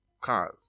cars